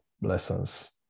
Blessings